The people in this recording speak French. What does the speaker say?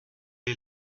est